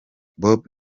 bob